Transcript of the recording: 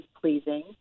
pleasing